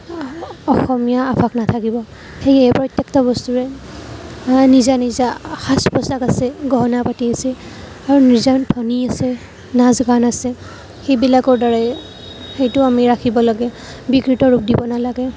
অসমীয়া আভাস নাথাকিব সেয়েহে প্ৰত্যোকটা বস্তুৰে নিজা নিজা সাজ পোচাক আছে গহনা পাতি আছে আৰু নিজা ধ্বনি আছে নাচ গান আছে সিবিলাকৰ দ্বাৰাই সেইটো আমি ৰাখিব লাগে বিকৃত ৰূপ দিব নালাগে